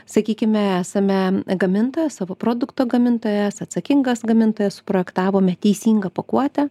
sakykime esame gamintojas savo produkto gamintojas atsakingas gamintojas suprojektavome teisingą pakuotę